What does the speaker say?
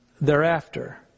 thereafter